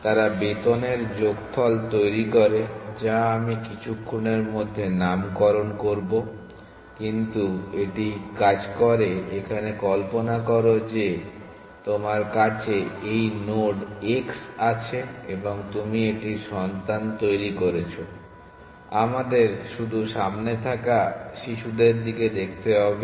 তারা বেতনের যোগফল তৈরি করে যা আমি কিছুক্ষণের মধ্যে নামকরণ করবো কিন্তু এটি কাজ করে এখানে কল্পনা করো যে তোমার কাছে এই নোড x আছে এবং তুমি এটির সন্তান তৈরি করেছো আমাদের শুধু সামনে থাকা শিশুদের দিকে দেখতে হবে